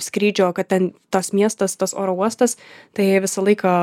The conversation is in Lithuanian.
skrydžio kad ten tas miestas tas oro uostas tai visą laiką